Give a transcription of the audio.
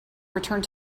return